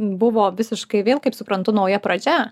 buvo visiškai vėl kaip suprantu nauja pradžia